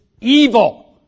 evil